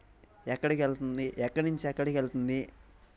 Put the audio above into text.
ఎక్కడకి వెళ్తుంది ఎక్కడ నుంచి ఎక్కడకి వెళ్తుంది